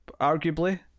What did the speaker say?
arguably